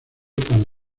para